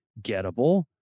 gettable